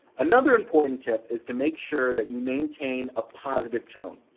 another important tip is to make sure that you maintain a positive tone.